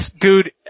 Dude